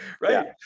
Right